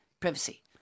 Privacy